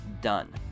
done